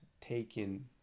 taken